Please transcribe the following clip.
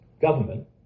government